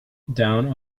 down